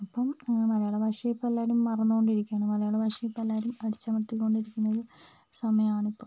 ആപ്പം മലയാള ഭാഷയെ ഇപ്പോൾ എല്ലാവരും മറന്നോണ്ടിരിക്കുകയാണ് മലയാള ഭാഷയെ ഇപ്പോൾ എല്ലാവരും അടിച്ചമർത്തി കൊണ്ടിരിക്കുന്നൊരു സമയാണ് ഇപ്പം